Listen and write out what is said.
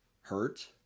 hurt